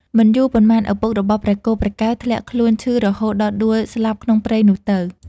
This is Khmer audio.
មិនយូរប៉ុន្មាន ឪពុករបស់ព្រះគោព្រះកែវធ្លាក់ខ្លួនឈឺរហូតដល់ដួលស្លាប់ក្នុងព្រៃនោះទៅ ។